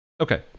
Okay